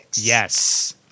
Yes